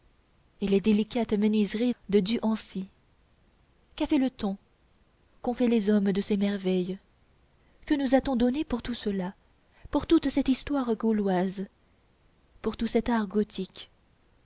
et les délicates menuiseries de du hancy qu'a fait le temps qu'ont fait les hommes de ces merveilles que nous a-t-on donné pour tout cela pour toute cette histoire gauloise pour tout cet art gothique